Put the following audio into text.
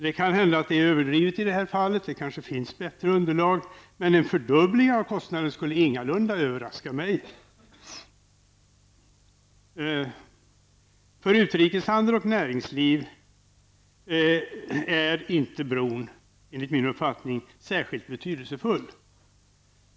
Det kan hända att det är överdrivet i detta fall -- det kanske finns bättre underlag -- men en fördubbling av kostnaden skulle ingalunda överraska mig. För utrikeshandel och näringsliv är bron enligt min uppfattning inte särskilt betydelsefull.